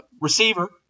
receiver